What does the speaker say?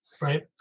right